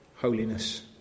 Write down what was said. holiness